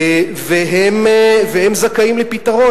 והם זכאים לפתרון.